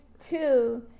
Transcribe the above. two